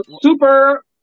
super